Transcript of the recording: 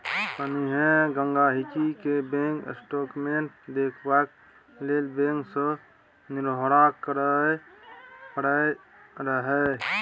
पहिने गांहिकी केँ बैंक स्टेटमेंट देखबाक लेल बैंक सँ निहौरा करय परय रहय